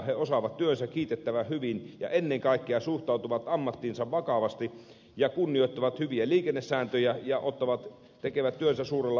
he osaavat työnsä kiitettävän hyvin ja ennen kaikkea suhtautuvat ammattiinsa vakavasti ja kunnioittavat hyviä liikennesääntöjä ja tekevät työnsä suurella ammattitaidolla